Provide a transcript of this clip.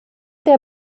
der